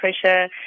pressure